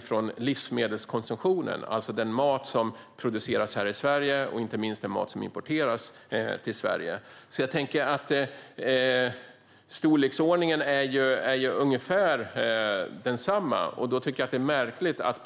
från livsmedelskonsumtionen, alltså den mat som produceras här i Sverige och inte minst den mat som importeras till Sverige. Det är alltså i ungefär samma storleksordning, och därför tycker jag att det är märkligt.